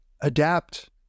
adapt